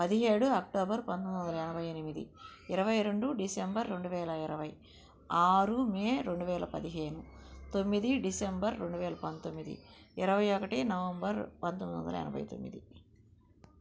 పదిహేడు అక్టోబర్ పంతొమ్మిది వందల ఎనభై ఎనిమిది ఇరవై రెండు డిసెంబర్ రెండు వేల ఇరవై ఆరు మే రెండు వేల పదిహేను తొమ్మిది డిసెంబర్ రెండు వేల పంతొమ్మిది ఇరవై ఒకటి నవంబర్ పంతొమ్మిది వందల ఎనభై తొమ్మిది